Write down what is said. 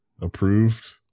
approved